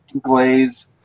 glaze